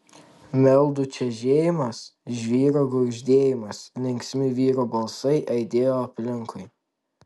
meldų čežėjimas žvyro gurgždėjimas linksmi vyrų balsai aidėjo aplinkui